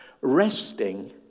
Resting